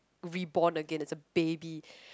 reborn again as a baby